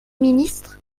ministre